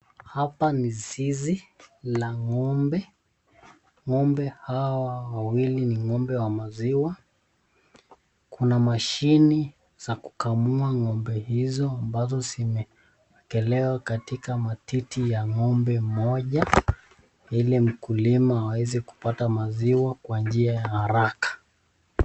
Hapa ni zizi la ng'ombe. Ng'ombe hawa wawili ni ng'ombe wa maziwa. Kuna mashini za kukamua ng'ombe hizo ambazo zimeekelewa katika matiti ya ng'ombe mmoja ili mkulima aweze kupata maziwa kwa njia ya haraka.